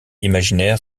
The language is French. imaginaires